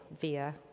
via